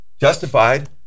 justified